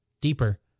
deeper